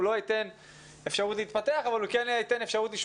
הוא לא ייתן אפשרות להתפתח,